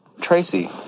Tracy